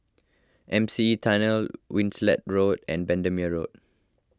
M C E Tunnel Winstedt Road and Bendemeer Road